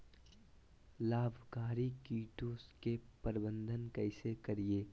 लाभकारी कीटों के प्रबंधन कैसे करीये?